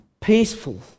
peaceful